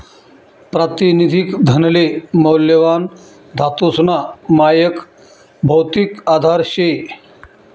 प्रातिनिधिक धनले मौल्यवान धातूसना मायक भौतिक आधार शे